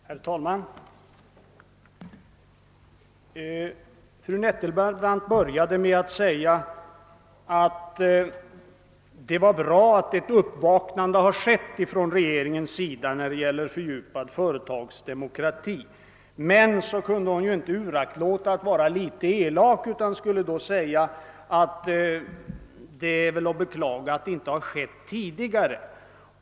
Herr talman! Fru Nettelbrandt började med att säga att det var bra att ett uppvaknande skett från regeringens sida när det gäller fördjupad företagsdemokrati. Men hon kunde inte uraktlåta att vara litet elak och tillfogade att det är att beklaga att det inte har skett tidigare.